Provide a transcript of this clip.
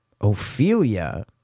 Ophelia